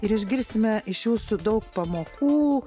ir išgirsime iš jūsų daug pamokų